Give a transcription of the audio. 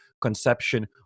conception